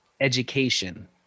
Education